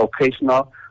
occasional